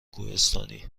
کوهستانی